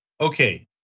Okay